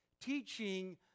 teaching